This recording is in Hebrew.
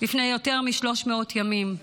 לפני יותר מ-300 ימים.